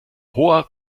hoher